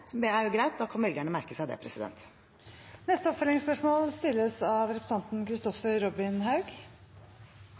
er det greit – da kan velgerne merke seg det. Kristoffer Robin Haug – til oppfølgingsspørsmål.